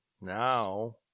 Now